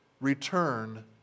Return